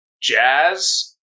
jazz